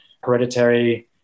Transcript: Hereditary